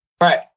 Right